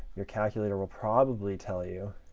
your calculator will probably tell you